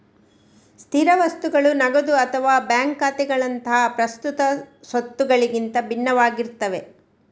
ಸ್ಥಿರ ಸ್ವತ್ತುಗಳು ನಗದು ಅಥವಾ ಬ್ಯಾಂಕ್ ಖಾತೆಗಳಂತಹ ಪ್ರಸ್ತುತ ಸ್ವತ್ತುಗಳಿಗಿಂತ ಭಿನ್ನವಾಗಿರ್ತವೆ